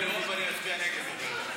אני נגד חוק הלאום ואני אצביע נגד חוק הלאום.